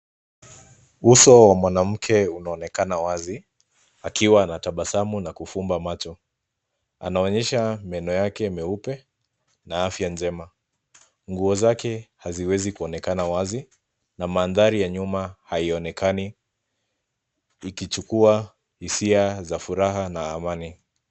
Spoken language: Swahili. Uso wa mwanamke unaonekana wazi akiwa anatabasamu na kufumba macho, anaonyesha meno yake meupe na afya njema. Ngu zake haziwezi kunekana wazi na mandhari ya nyuma haionekani ikichukua hisia za furaha na amani.